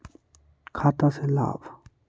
खाता से लाभ?